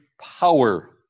power